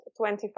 25